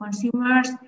consumers